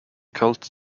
cult